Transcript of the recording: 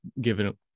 given